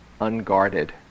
unguarded